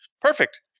Perfect